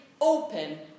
open